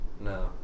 No